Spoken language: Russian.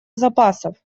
запасов